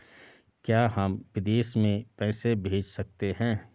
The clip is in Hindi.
क्या हम विदेश में पैसे भेज सकते हैं?